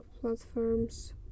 platforms